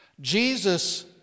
Jesus